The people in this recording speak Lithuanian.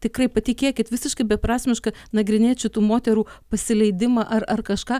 tikrai patikėkit visiškai beprasmiška nagrinėt šitų moterų pasileidimą ar ar kažką